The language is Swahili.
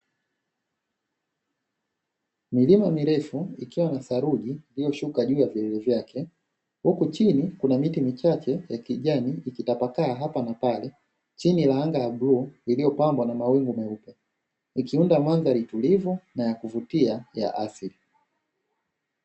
Milima mirefu ikiwa na theluji iliyoshuka juu ya vielele vyake, huku chini kuna miti michache ya kijani, ikitapakaa hapa na pale, chini ya anga ya bluu liliyopambwa na mawingu meupe, ikiunda mandhari tulivu na ya kuvutia ya asili.